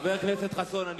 חבר הכנסת חסון,